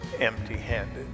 empty-handed